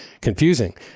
confusing